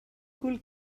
cul